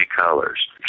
colors